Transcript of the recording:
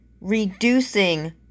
reducing